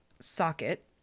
socket